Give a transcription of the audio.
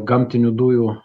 gamtinių dujų